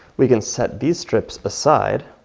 we can set these strips aside.